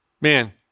Man